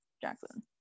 Jackson